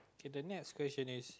K the next question is